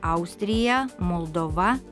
austrija moldova